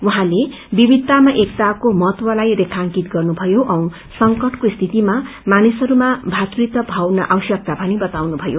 उहाँले विविधतामा एकताको महत्वलाई रेखाकित गर्नुभयो औ संकटको स्थितिमा मानिसहरूमा भातृत्व भावना आवश्यकता भनी बताउनुभयो